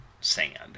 sand